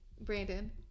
Brandon